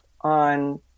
on